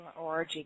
ORG